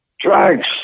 drugs